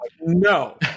No